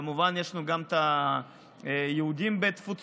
כמובן שיש לנו גם את היהודים בתפוצות